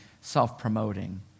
self-promoting